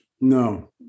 no